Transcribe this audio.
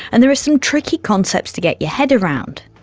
and there are some tricky concepts to get your head around.